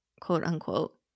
quote-unquote